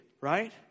Right